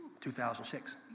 2006